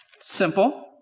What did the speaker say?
Simple